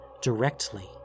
directly